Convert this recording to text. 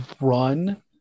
run